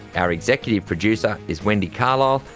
our executive producer is wendy carlisle,